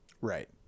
Right